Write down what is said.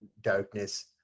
darkness